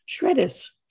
shredders